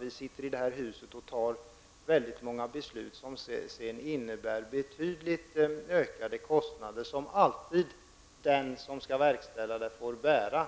Vi sitter i detta hus och fattar många beslut som sedan medför betydligt ökade kostnader, som den som skall verkställa beslutet alltid får bära.